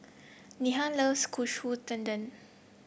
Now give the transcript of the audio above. Nena loves Katsu Tendon